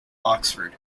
oxford